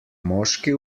moški